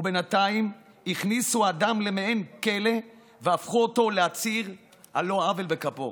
ובינתיים הכניסו אדם למעין כלא והפכו אותו לעציר על לא עוול בכפו.